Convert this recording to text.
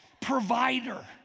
provider